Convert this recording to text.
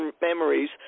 memories